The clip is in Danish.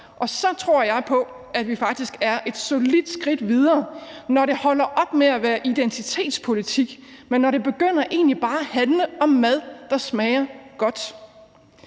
Og så tror jeg på, at vi faktisk er et solidt skridt videre, når det holder op med at være identitetspolitik, men egentlig begynder bare at handle om mad, der smager godt.